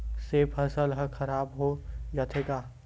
से फसल ह खराब हो जाथे का?